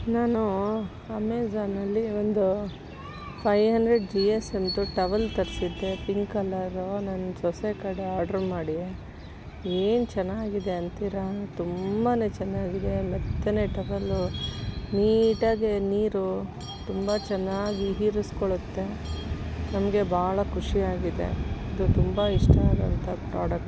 ನಾನು ಅಮೆಝೋನಲ್ಲಿ ಒಂದು ಫೈ ಹಂಡ್ರೆಡ್ ಜಿ ಎಸ್ ಎಮ್ದು ಟವೆಲ್ ತರ್ಸಿದ್ದೆ ಪಿಂಕ್ ಕಲರ್ರು ನನ್ನ ಸೊಸೆ ಕಡೆ ಆರ್ಡರ್ ಮಾಡಿ ಏನು ಚೆನ್ನಾಗಿದೆ ಅಂತೀರ ತುಂಬನೇ ಚೆನ್ನಾಗಿದೆ ಮೆತ್ತನೇ ಟವೆಲ್ ನೀಟಾಗಿ ನೀರು ತುಂಬ ಚೆನ್ನಾಗಿ ಹೀರಿಕೊಳ್ಳುತ್ತೆ ನಮಗೆ ಭಾಳ ಖುಷಿಯಾಗಿದೆ ಇದು ತುಂಬ ಇಷ್ಟಾದಂಥ ಪ್ರೊಡಕ್ಟು